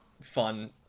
fun